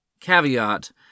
caveat